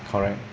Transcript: correct